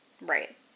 Right